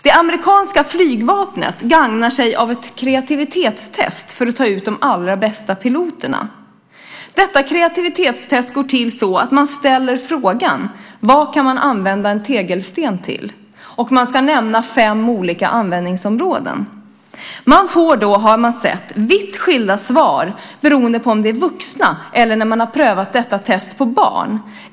Det amerikanska flygvapnet gagnar sig av ett kreativitetstest för att ta ut de allra bästa piloterna. Detta kreativitetstest går till så att följande fråga ställs: Vad kan man använda en tegelsten till? Man ska nämna fem olika användningsområden. Svaren är vitt skilda beroende på om det är vuxna eller barn som har svarat. Detta test har nämligen prövats på barn.